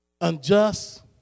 unjust